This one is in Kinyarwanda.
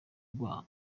rwa